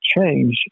change